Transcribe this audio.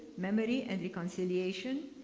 memory and reconciliation,